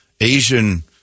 Asian